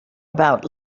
about